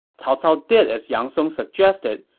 cao cao did as yang song suggested,